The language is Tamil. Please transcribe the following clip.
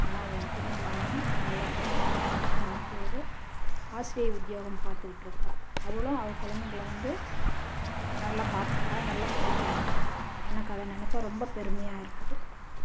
ஆனால் என் பொண்ணை நான் நல்லபடியாக நான் படிக்க வச்சு இன்னிக்கு ஒரு ஆசிரியர் உத்தியோகம் பார்த்துட்ருக்குறா அவளும் அவள் கொழந்தைங்கள வந்து நல்லா பார்த்துக்குறா நல்லா படிக்க வைக்கிறாள் எனக்கு அதை நினச்சா ரொம்ப பெருமையாயிருக்குது